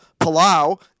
Palau